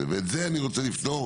ואת זה אני רוצה לפתור.